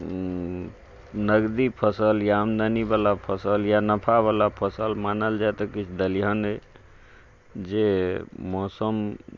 नकदी फसल या आमदनीवला फसल या नफावला फसल मानल जाइ तऽ किछु दलिहन अछि जे मौसम